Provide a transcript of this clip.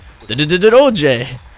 oj